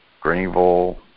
Greenville